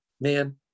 man